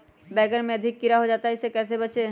बैंगन में अधिक कीड़ा हो जाता हैं इससे कैसे बचे?